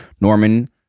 Norman